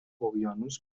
اقیانوس